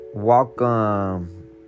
Welcome